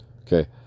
Okay